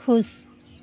खुश